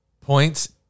Points